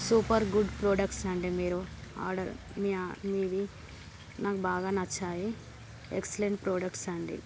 super good products అండి మీరు order మీ మీవి నాకు బాగా నచ్చాయి ఎక్సలెంట్ ప్రోడక్ట్స్ అండి